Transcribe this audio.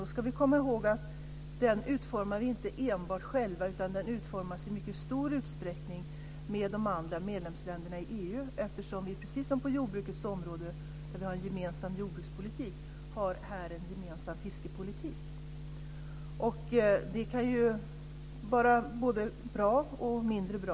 Då ska vi komma ihåg att vi inte utformar den enbart själva, utan den utformas i mycket stor utsträckning med de andra medlemsländerna i EU. Precis som på jordbrukets område, där vi har en gemensam jordbrukspolitik, har vi ju här en gemensam fiskepolitik. Det kan vara både bra och mindre bra.